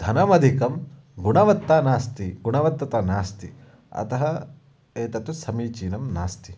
धनमधिकं गुणवत्ता नास्ति गुणवत्तता नास्ति अतः एतत् समीचीनं नास्ति